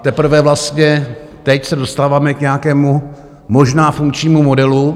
Teprve vlastně teď se dostáváme k nějakému možná funkčnímu modelu.